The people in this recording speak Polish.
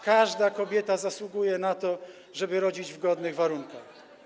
Każda kobieta zasługuje na to, żeby rodzić w godnych warunkach.